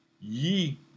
ye